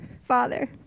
Father